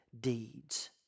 deeds